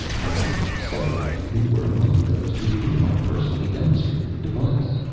i see several of you who were among those to whom i personally demonstrated the device.